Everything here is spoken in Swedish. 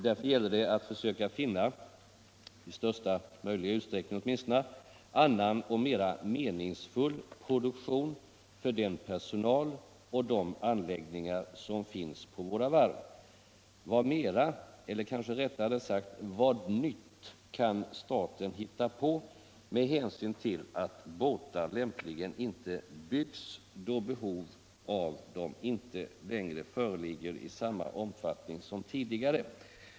Därför gäller det att försöka finna — i största möjliga utsträckning åtminstone — annan och mera meningsfull produktion för den personal och de anläggningar som finns på våra varv. Vad mera, eller kanske rättare sagt vad nytt kan staten hitta på med hänsyn till att båtar lämpligen inte byggs då behov av dem inte föreligger i samma omfattning som tidigare?